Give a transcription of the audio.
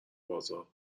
بازار